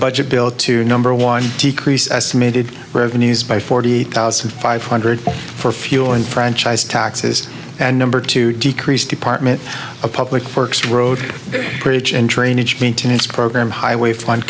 budget bill to number one decrease estimated revenues by forty eight thousand five hundred for fuel and franchise taxes and number two decrease department of public works road rage and drainage maintenance program highway fund